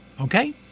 okay